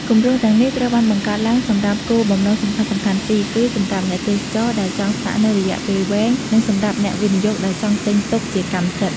គម្រោងទាំងនេះត្រូវបានបង្កើតឡើងសម្រាប់គោលបំណងសំខាន់ៗពីរ គឺ សម្រាប់អ្នកទេសចរដែលចង់ស្នាក់នៅរយៈពេលវែង និងសម្រាប់អ្នកវិនិយោគដែលចង់ទិញទុកជាកម្មសិទ្ធិ។